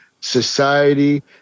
society